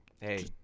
Hey